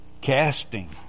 Casting